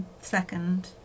Second